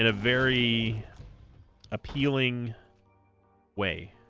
and very appealing way